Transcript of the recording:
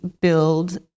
build